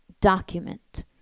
document